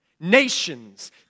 Nations